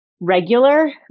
regular